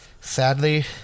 Sadly